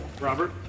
Robert